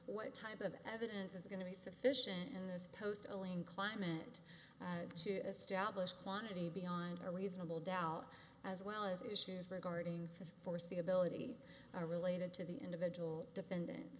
what type of evidence is going to be sufficient in this post a link climate to establish quantity beyond a reasonable doubt as well as issues regarding foreseeability are related to the individual defendant